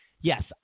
Yes